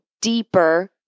deeper